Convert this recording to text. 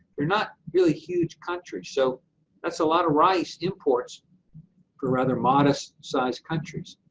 they're not really huge countries. so that's a lot of rice imports for rather modest-sized countries.